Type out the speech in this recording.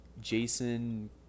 Jason